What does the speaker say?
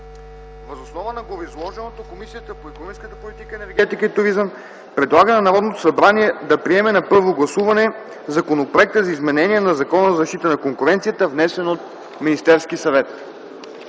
Въз основа на гореизложеното Комисията по икономическата политика, енергетика и туризъм предлага на Народното събрание да приеме на първо гласуване Законопроекта за изменение на Закона за защита на конкуренцията, внесен от Министерския съвет.”